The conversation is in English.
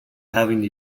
having